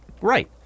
Right